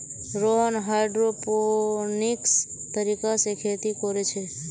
Rohan hydroponics तरीका से खेती कोरे छे